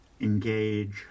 engage